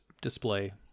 display